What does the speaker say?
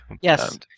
Yes